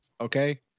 Okay